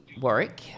Warwick